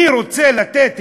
אני רוצה לתת הכשר,